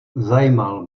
zajímal